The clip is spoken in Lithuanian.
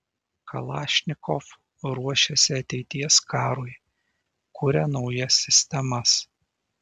kalašnikov ruošiasi ateities karui kuria naujas sistemas